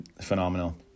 phenomenal